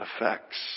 effects